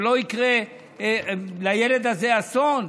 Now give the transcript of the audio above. שלא יקרה לילד הזה אסון.